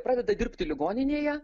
pradeda dirbti ligoninėje